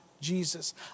Jesus